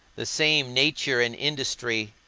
the same nature and industry,